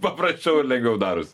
paprasčiau ir lengviau darosi